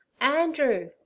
Andrew